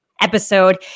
episode